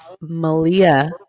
Malia